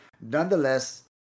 nonetheless